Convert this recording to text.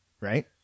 Right